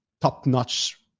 top-notch